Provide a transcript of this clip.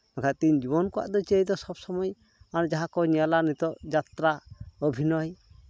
ᱵᱟᱠᱷᱟᱡ ᱛᱮᱦᱤᱧ ᱡᱩᱣᱟᱹᱱ ᱠᱚᱣᱟᱜ ᱫᱚ ᱥᱚᱵ ᱥᱚᱢᱚᱭ ᱢᱟᱱᱮ ᱡᱟᱦᱟᱸ ᱠᱚ ᱧᱮᱞᱟ ᱱᱤᱛᱚᱜ ᱡᱟᱛᱨᱟ ᱚᱵᱷᱤᱱᱚᱭ